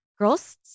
girls